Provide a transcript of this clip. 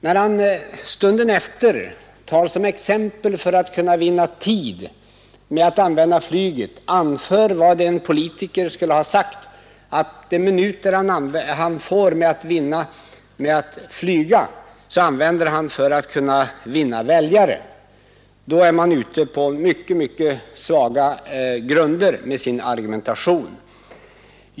När herr Lindkvist stunden efter som exempel på hur man kan vinna tid genom att använda flyget anför att en politiker skulle ha sagt att de minuter han vinner med att flyga använder han för att kunna vinna väljare, då är han ute på mycket svaga grunder i sin argumentering.